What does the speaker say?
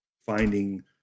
finding